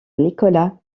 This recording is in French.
nicolas